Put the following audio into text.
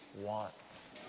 wants